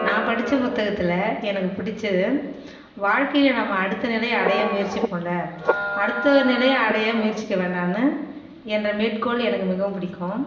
நான் படித்த புத்தகத்தில் எனக்கு பிடிச்சது வாழ்க்கையில் நம்ம அடுத்த நிலைய அடைய முயற்சிப்போம்ல அடுத்தவர் நிலைய அடைய முயற்சிக்க வேண்டாம்னு என்ற மேற்கோள் எனக்கு மிகவும் பிடிக்கும்